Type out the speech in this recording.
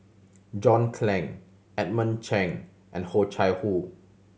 John Clang Edmund Cheng and Ho Chai Hoo